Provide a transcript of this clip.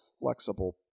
flexible